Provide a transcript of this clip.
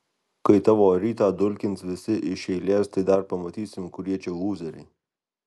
kai tavo rytą dulkins visi iš eilės tai dar pamatysim kurie čia lūzeriai